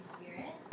Spirit